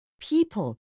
People